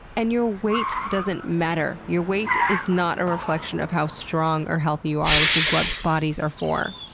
and your weight doesn't matter! your weight is not a reflection of how strong or healthy you are, which is what bodies are for.